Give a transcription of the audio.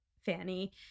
Fanny